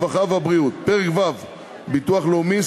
הרווחה והבריאות: פרק ו' (ביטוח לאומי),